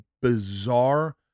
bizarre